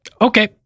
Okay